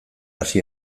hasi